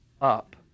up